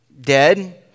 dead